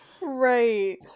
right